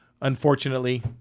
Unfortunately